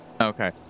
Okay